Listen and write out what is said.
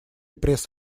пресс